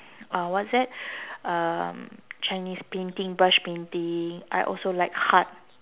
uh what's that um chinese painting brush painting I also like art